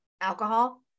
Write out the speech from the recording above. alcohol